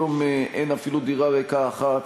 היום אין אפילו דירה ריקה אחת,